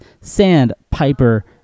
Sandpiper